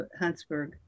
Huntsburg